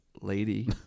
Lady